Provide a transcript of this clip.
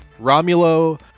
Romulo